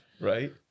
Right